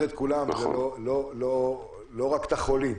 לא רק את החולים.